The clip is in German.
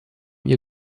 ihr